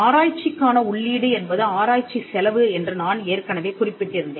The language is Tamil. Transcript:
ஆராய்ச்சிக்கான உள்ளீடு என்பது ஆராய்ச்சி செலவு என்று நான் ஏற்கனவே குறிப்பிட்டிருந்தேன்